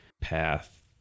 path